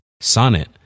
Sonnet